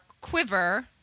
quiver